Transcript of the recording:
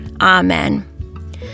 Amen